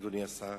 אדוני השר.